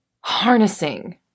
harnessing